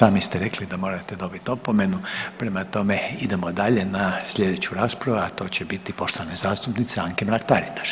Evo sami ste rekli da morate dobiti opomenu, prema tome idemo dalje na slijedeću raspravu, a to će biti poštovane zastupnice Anke Mrak Taritaš.